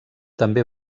també